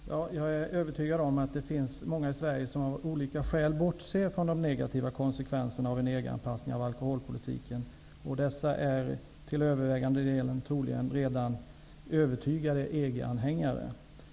Fru talman! Jag är övertygad om att det finns många i Sverige som av olika skäl bortser från de negativa konsekvenserna av en EG-anpassning av alkoholpolitiken, och dessa är troligen till övervägande delen redan övertygade EG anhängare.